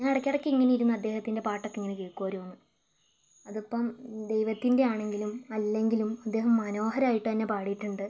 ഞാൻ ഇടക്ക് ഇടക്ക് ഇങ്ങനെ ഇരുന്ന് അദ്ദേഹത്തിൻ്റെ പാട്ടൊക്കെ ഇങ്ങനെ കേൾക്കുമായിരുന്നു അതിപ്പം ദൈവത്തിൻ്റെ ആണെങ്കിലും അല്ലെങ്കിലും അദ്ദേഹം മനോഹരായിട്ടു തന്നെ പാടിയിട്ടുണ്ട്